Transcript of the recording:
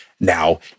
now